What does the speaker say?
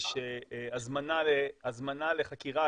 אז יש הזמנה לחקירה,